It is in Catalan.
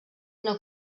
una